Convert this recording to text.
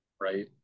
right